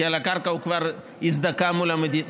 כי על הקרקע הוא כבר הזדכה מול המדינה.